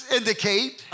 indicate